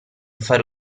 fare